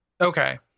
Okay